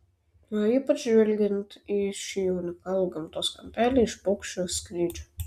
o ypač žvelgiant į šį unikalų gamtos kampelį iš paukščio skrydžio